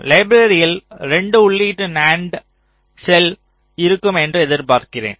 லைப்ரரியில் 2 உள்ளீட்டு நண்ட் செல் இருக்கும் என்று எதிர்பார்க்கிறேன்